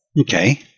okay